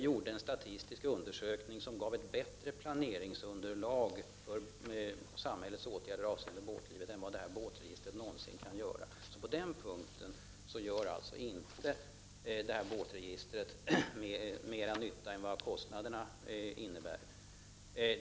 ta fram ett statistiskt underlag, som gav ett bättre planeringsunderlag för samhällets åtgärder avseende båtlivet än vad det här båtregistret någonsin kan göra, så på den punkten gör alltså inte det här båtregistret mer nytta än vad kostnaderna innebär.